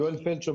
יואל פלדשו,